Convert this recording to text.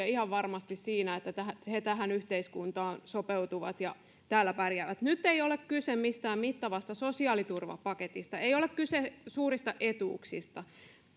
ihan varmasti monia hankaluuksia siinä että he tähän yhteiskuntaan sopeutuvat ja täällä pärjäävät nyt ei ole kyse mistään mittavasta sosiaaliturvapaketista ei ole kyse suurista etuuksista